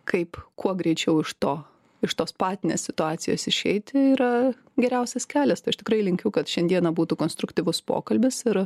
kaip kuo greičiau iš to iš tos patinės situacijos išeiti yra geriausias kelias tai aš tikrai linkiu kad šiandieną būtų konstruktyvus pokalbis ir